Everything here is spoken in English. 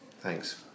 thanks